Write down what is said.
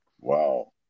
Wow